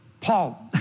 Paul